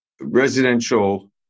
residential